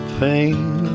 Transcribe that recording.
pain